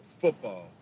football